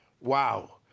Wow